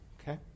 Okay